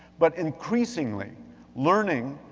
but increasingly learning,